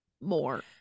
More